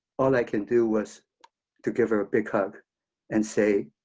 all i can do was to give her a big hug and say,